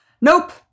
Nope